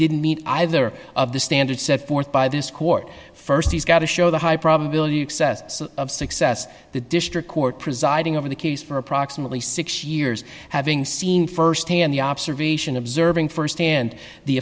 didn't meet either of the standards set forth by this court st he's got to show the high probability of success the district court presiding over the case for approximately six years having seen firsthand the observation observing firsthand the